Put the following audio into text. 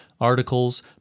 articles